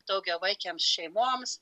daugiavaikėms šeimoms